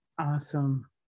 Awesome